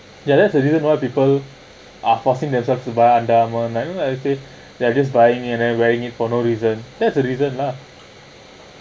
ya that's the reason why people are forcing themselves to bar and I don't know ah you see they're just buying it and then wearing it for no reason that's the reason lah